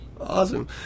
Awesome